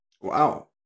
Wow